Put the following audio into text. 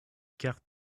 cartes